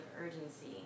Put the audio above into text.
urgency